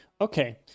Okay